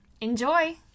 Enjoy